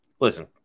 listen